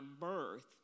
birth